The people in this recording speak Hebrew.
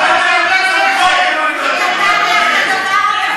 אנחנו רוצים לדעת את שמו של,